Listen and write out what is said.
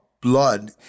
blood